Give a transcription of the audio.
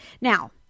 Now